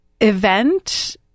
event